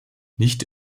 nicht